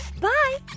Bye